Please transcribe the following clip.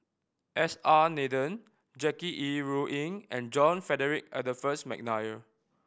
S R Nathan Jackie Yi Ru Ying and John Frederick Adolphus McNair